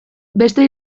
beste